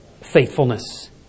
faithfulness